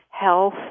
health